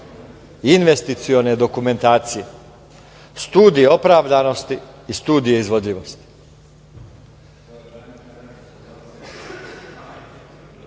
investicione dokumentacije, studija opravdanosti i studija izvodljivosti. Dakle,